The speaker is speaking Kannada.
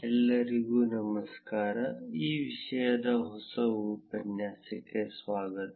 ಎಲ್ಲರಿಗೂ ನಮಸ್ಕಾರ ಈ ವಿಷಯದ ಹೊಸ ಉಪನ್ಯಾಸಕ್ಕೆ ಸ್ವಾಗತ